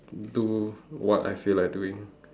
do what I feel like doing